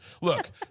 Look